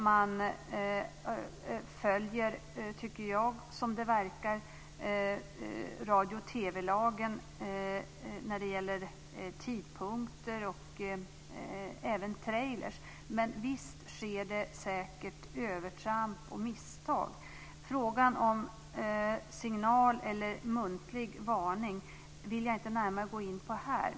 Man följer, som jag tycker det verkar, radio och TV-lagen när det gäller tidpunkter och även trailers. Men visst sker det säkert övertramp och misstag. Frågan om signal eller muntlig varning vill jag inte närmare gå in på här.